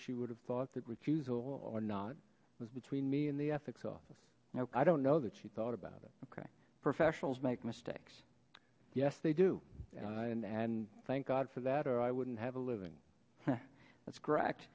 she would have thought that refusal or not was between me and the ethics office no i don't know that she thought about it ok professionals make mistakes yes they do and and thank god for that or i wouldn't have a living yeah that's correct